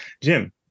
Jim